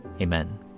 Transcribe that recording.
Amen